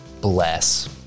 bless